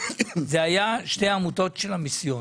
לגבי שתי עמותות של המיסיון,